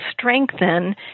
strengthen